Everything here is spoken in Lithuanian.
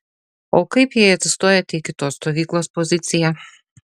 o kaip jei atsistojate į kitos stovyklos poziciją